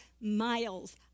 miles